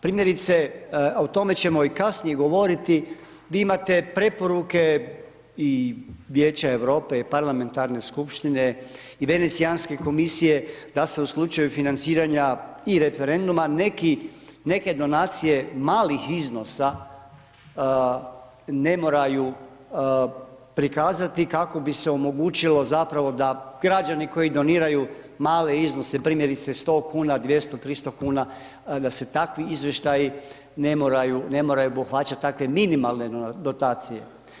Primjerice, o tome ćemo i kasnije govoriti, vi imate preporuke i Vijeća Europe i parlamentarne skupštine i Vencijanske komisije, da se u slučaju financiranja i referenduma neke donacije, malih iznosa, ne moraju prikazati kako bi se omogućilo zapravo da građani koji doniraju male iznose, primjerice 100 kn, 200, 300 kn, da se takvi iznosi ne moraju obuhvaćati, dakle, minimalne dotacije.